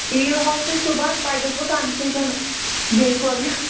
یِیِو حظ تُہۍ صُبحن تۄہہِ گٔژھوٕ کَنسیشَن بیٚیہِ